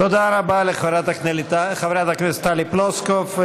תודה רבה לחברת הכנסת טלי פלוסקוב.